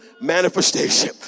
manifestation